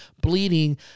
bleeding